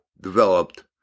developed